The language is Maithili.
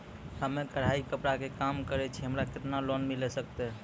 हम्मे कढ़ाई कपड़ा के काम करे छियै, हमरा केतना लोन मिले सकते?